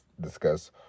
discuss